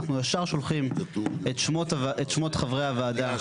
אנחנו ישר שולחים את שמות חברי הוועדה --- רגע,